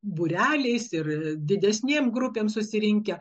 būreliais ir didesnėm grupėm susirinkę